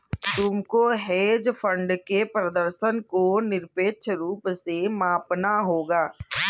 तुमको hedge fund के प्रदर्शन को निरपेक्ष रूप से मापना होगा